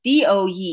DOE